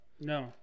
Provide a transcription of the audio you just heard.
No